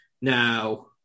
Now